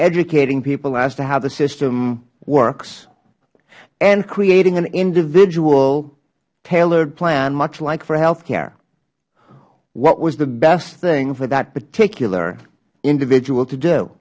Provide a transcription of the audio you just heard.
educate people as to how the system works and creating an individual tailored plan much like for health care what was the best thing for that particular individual to do